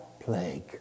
plague